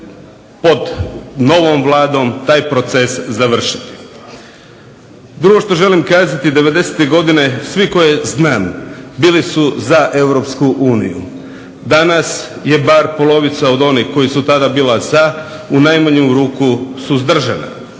pod novom Vladom taj proces završiti. Drugo što želim kazati 90. godine svi koje znam bili su za Europsku uniju. Danas je bar polovica od onih koji su tada bila za u najmanju ruku suzdržana.